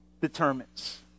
determines